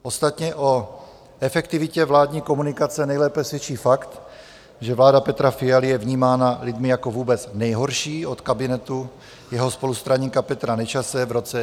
Ostatně o efektivitě vládní komunikace nejlépe svědčí fakt, že vláda Petra Fialy je vnímána lidmi jako vůbec nejhorší od kabinetu jeho spolustraníka Petra Nečase v roce 2013.